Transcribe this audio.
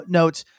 notes